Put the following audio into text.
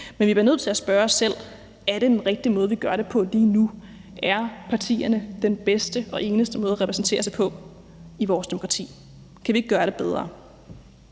Men vi bliver nødt til at spørge os selv: Er det den rigtige måde, vi gør det på lige nu? Er partierne den bedste og eneste måde at repræsentere sig på i vores demokrati? Kan vi ikke gøre det bedre?